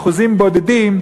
אחוזים בודדים,